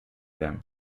them